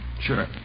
Sure